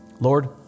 Lord